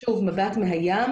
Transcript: שוב, מבט מהים